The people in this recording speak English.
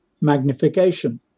magnification